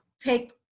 take